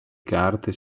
carte